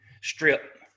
strip